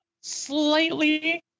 slightly